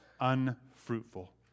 unfruitful